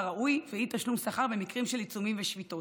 ראוי ואי-תשלום שכר במקרים של עיצומים ושביתות.